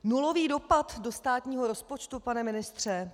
Nulový dopad do státního rozpočtu, pane ministře?